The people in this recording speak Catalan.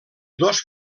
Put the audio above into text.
dos